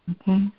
Okay